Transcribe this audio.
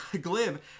Glib